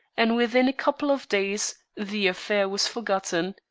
and within a couple of days the affair was forgotten.